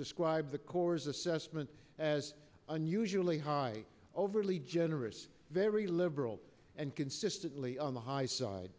described the corps assessment as unusually high overly generous very liberal and consistently on the high side